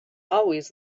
always